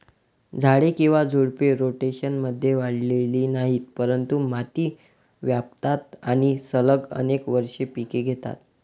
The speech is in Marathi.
झाडे किंवा झुडपे, रोटेशनमध्ये वाढलेली नाहीत, परंतु माती व्यापतात आणि सलग अनेक वर्षे पिके घेतात